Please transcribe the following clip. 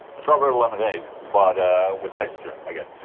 strawberry lemonade, but with texturei guess,